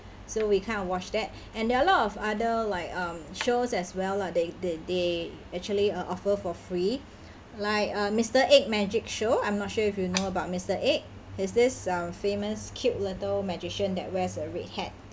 so we kind of watch that and there are a lot of other like um shows as well lah they they they actually uh offer for free like uh mister egg magic show I'm not sure if you know about mister egg he's this uh famous cute little magician that wears a red hat